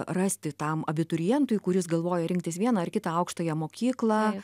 rasti tam abiturientui kuris galvoja rinktis vieną ar kitą aukštąją mokyklą